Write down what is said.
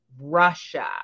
Russia